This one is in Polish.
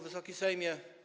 Wysoki Sejmie!